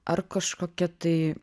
ar kažkokia tai